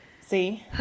See